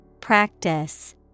Practice